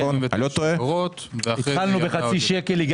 כן, ואחרי זה היא ירדה עוד יותר.